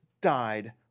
died